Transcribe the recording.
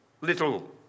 little